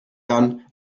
done